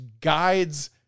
guides